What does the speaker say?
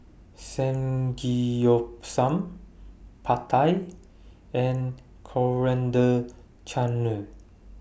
Samgeyopsal Pad Thai and Coriander Chutney